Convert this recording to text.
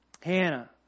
Hannah